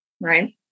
right